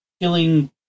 killing